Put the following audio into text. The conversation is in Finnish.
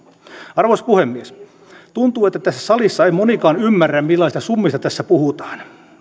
arvoisa puhemies tuntuu että tässä salissa ei monikaan ymmärrä millaisista summista tässä puhutaan